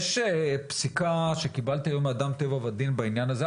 יש פסיקה שקיבלתי היום מאדם טבע ודין בעניין הזה,